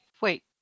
wait